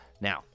Now